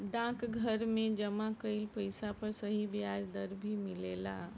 डाकघर में जमा कइल पइसा पर सही ब्याज दर भी मिलेला